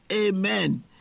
Amen